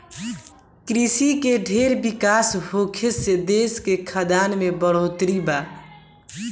कृषि के ढेर विकास होखे से देश के खाद्यान में बढ़ोतरी बा